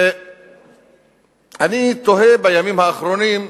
אני תוהה בימים האחרונים,